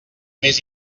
més